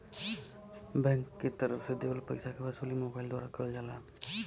bank के तरफ से देवल पइसा के वसूली मोबाइल द्वारा करल जाला